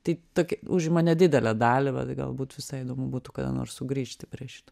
tai tokią užima nedidelę dalį vat galbūt visai įdomu būtų kada nors sugrįžti prie šito